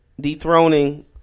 dethroning